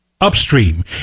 upstream